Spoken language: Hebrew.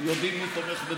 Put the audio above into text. מה זה קשור לגיל?